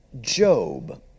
Job